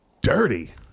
dirty